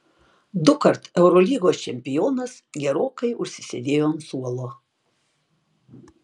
dukart eurolygos čempionas gerokai užsisėdėjo ant suolo